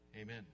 Amen